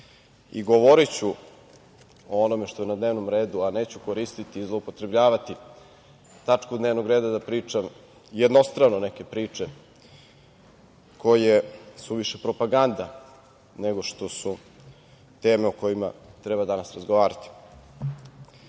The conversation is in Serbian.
Govoriću o onome što je na dnevnom redu i neću koristiti i zloupotrebljavati tačku dnevnog reda da pričam jednostrano neke priče koje su suviše propaganda nego što su teme o kojima treba danas razgovarati. Kada